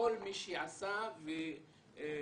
כל מי שעשה ותרם.